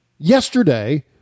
Yesterday